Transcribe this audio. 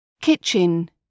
kitchen